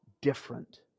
different